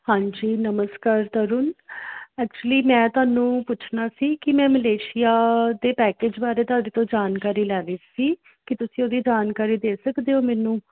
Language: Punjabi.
ਹਾਂਜੀ ਨਮਸਕਾਰ ਤਰੁਨ ਐਚੁਲੀ ਮੈਂ ਤੁਹਾਨੂੰ ਪੁੱਛਣਾ ਸੀ ਕਿ ਮੈਂ ਮਲੇਸ਼ੀਆ ਦੇ ਪੈਕੇਜ ਬਾਰੇ ਤੁਹਾਡੇ ਤੋਂ ਜਾਣਕਾਰੀ ਲੈਣੀ ਸੀ ਕੀ ਤੁਸੀਂ ਉਹਦੀ ਜਾਣਕਾਰੀ ਦੇ ਸਕਦੇ ਹੋ ਮੈਨੂੰ